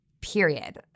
period